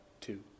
two